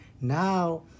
now